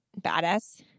Badass